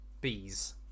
bees